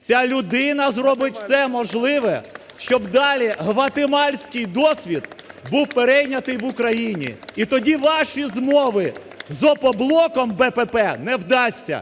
Ця людина зробить все можливе, щоб далі гватемальський досвід був перейнятий в Україні. І тоді ваші змови з "Опоблоком", БПП не вдасться.